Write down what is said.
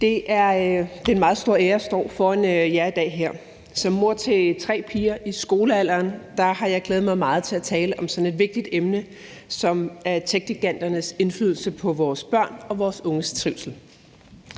Det er en meget stor ære at stå foran jer her i dag. Som mor til tre piger i skolealderen har jeg glædet mig meget til at tale om sådan et vigtigt emne som techgiganternes indflydelse på vores børns og vores unges trivsel.